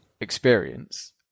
experience